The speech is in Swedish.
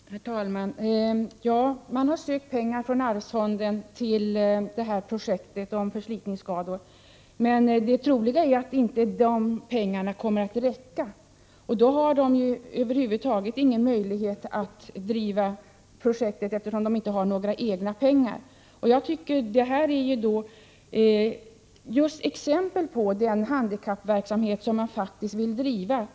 Herr talman! Man har sökt pengar från arvsfonden till projektet om förslitningsskador, men det troliga är att de pengarna inte kommer att räcka. Då har man över huvud taget ingen möjlighet att genomföra projektet, eftersom man inte har några egna pengar. Det här är exempel på en handikappverksamhet som man faktiskt vill driva.